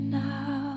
now